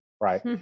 Right